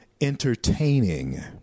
entertaining